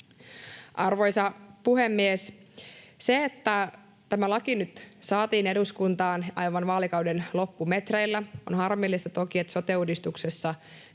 Arvoisa puhemies! Tämä laki nyt saatiin eduskuntaan aivan vaalikauden loppumetreillä. On toki harmillista, että sote-uudistuksessa